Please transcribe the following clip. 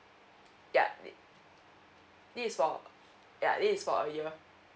yup th~ this is for ya this is for a year